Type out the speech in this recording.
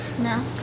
No